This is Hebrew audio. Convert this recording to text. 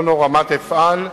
קריית-אונו, רמת-אפעל,